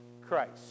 Christ